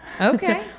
Okay